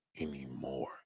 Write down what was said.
anymore